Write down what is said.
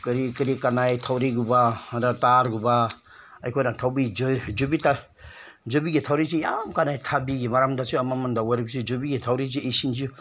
ꯀꯔꯤ ꯀꯔꯤ ꯀꯥꯟꯅꯩ ꯊꯧꯔꯤꯒꯨꯝꯕ ꯑꯗ ꯇꯔꯥꯒꯨꯝꯕ ꯑꯩꯈꯣꯏꯅ ꯊꯧꯔꯤ ꯌꯨꯕꯤꯒꯤ ꯊꯧꯔꯤꯁꯤ ꯌꯥꯝ ꯀꯥꯟꯅꯩ ꯊꯕꯤꯒꯤ ꯃꯔꯝꯗꯁꯨ ꯑꯃ ꯑꯃꯗ ꯑꯣꯏꯔꯕꯁꯨ ꯌꯨꯕꯤꯒꯤ ꯊꯧꯔꯤꯁꯤ ꯏꯁꯤꯡꯁꯨ